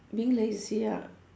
being lazy ah